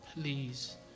please